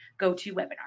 GoToWebinar